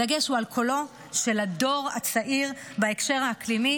הדגש הוא על קולו של הדור הצעיר בהקשר האקלימי,